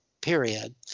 period